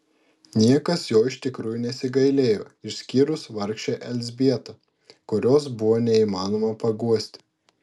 niekas jo iš tikrųjų nesigailėjo išskyrus vargšę elzbietą kurios buvo neįmanoma paguosti